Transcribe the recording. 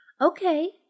Okay